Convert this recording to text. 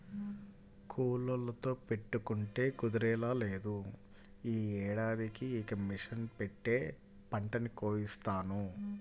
కూలోళ్ళతో పెట్టుకుంటే కుదిరేలా లేదు, యీ ఏడాదికి ఇక మిషన్ పెట్టే పంటని కోయిత్తాను